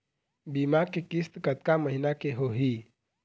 बीमा के किस्त कतका महीना के होही?